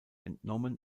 entnommen